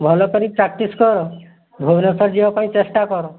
ଭଲ କରି ପ୍ରାକ୍ଟିସ୍ କର ଭୁବନେଶ୍ୱର ଯିବା ପାଇଁ ଚେଷ୍ଟା କର